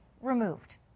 removed